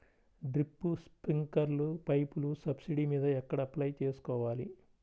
Drip, స్ప్రింకర్లు పైపులు subsidy మీద ఎక్కడ అప్లై చేసుకోవాలి?